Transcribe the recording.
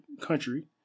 country